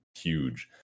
huge